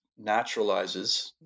naturalizes